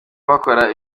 bakora